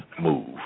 move